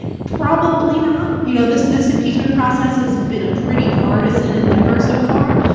probably not. you know, this this impeachment process has been a pretty partisan endeavor so far.